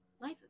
life